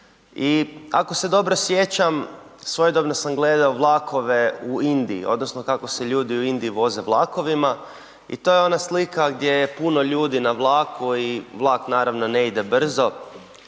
i ako se dobro sjećam svojedobno sam gledao vlakove u Indiji, odnosno kako se ljudi u Indiji voze vlakovima i to je ona slika gdje je puno ljudi na vlaku i vlak naravno ne ide brzo